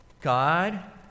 God